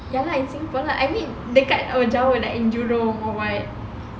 ya lah in singapore lah I mean dekat or jauh like jurong